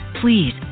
please